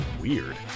weird